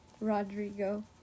Rodrigo